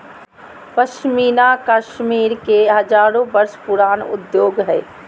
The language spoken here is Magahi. पश्मीना कश्मीर के हजारो वर्ष पुराण उद्योग हइ